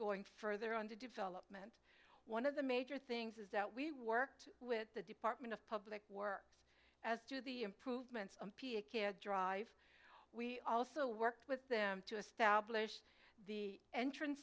going further on the development one of the major things is that we worked with the department of public works as to the improvements of drive we also work with them to establish the